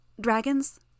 Dragons